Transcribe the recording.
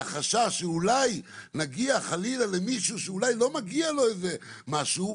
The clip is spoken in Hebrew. מהחשש שאולי נגיע חלילה למישהו שאולי לא מגיע לו איזה משהו,